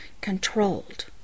controlled